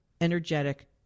energetic